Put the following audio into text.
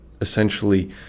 essentially